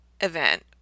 event